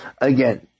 again